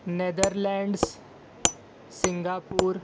nether lands Singapore